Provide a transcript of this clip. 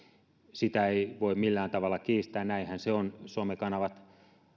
sitä ei voi millään tavalla kiistää näinhän se on somekanavat